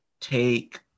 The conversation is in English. take